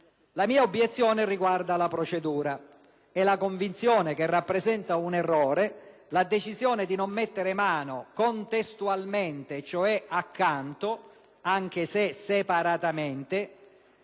La mia obiezione riguarda la procedura e la convinzione che rappresenta un errore la decisione di non mettere mano contestualmente - dunque accanto, anche se separatamente